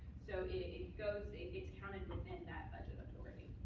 so it goes, it gets counted within that budget authority.